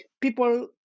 People